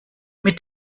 mit